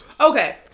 Okay